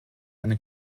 einen